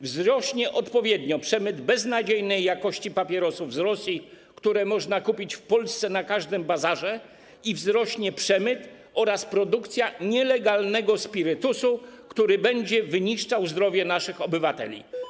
Wzrośnie odpowiednio przemyt beznadziejnej jakości papierosów z Rosji, które można kupić w Polsce na każdym bazarze, i wzrosną przemyt oraz produkcja nielegalnego spirytusu, który będzie wyniszczał zdrowie naszych obywateli.